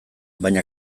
baina